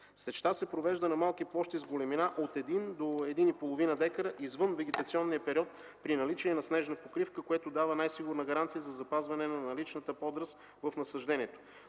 Сечта се провежда на малки площи с големина от 1 до 1,5 декара извън вегетационния период, при наличие на снежна покривка, което дава най-сигурна гаранция за запазване на наличния подраст в насаждението.